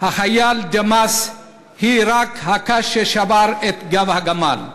החייל דמאס היא רק הקש ששבר את גב הגמל,